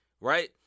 Right